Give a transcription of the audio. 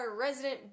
resident